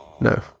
No